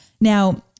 Now